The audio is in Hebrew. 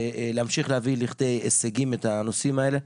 ולהמשיך לכדי הישגים את הנושאים האלה.